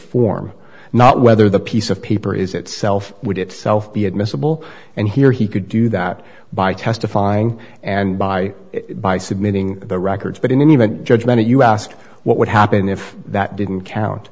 form not whether the piece of paper is itself would itself be admissible and here he could do that by testifying and by by submitting the records but in the event judgment you asked what would happen if that didn't count